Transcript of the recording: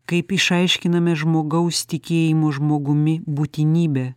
kaip išaiškiname žmogaus tikėjimu žmogumi būtinybę